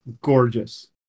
gorgeous